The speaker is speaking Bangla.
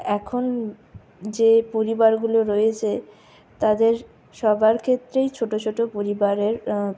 এখন যে পরিবারগুলো রয়েছে তাদের সবার ক্ষেত্রেই ছোটো ছোটো পরিবারের